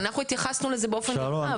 אבל אנחנו התייחסנו לזה באופן נפרד.